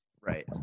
Right